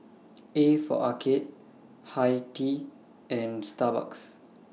A For Arcade Hi Tea and Starbucks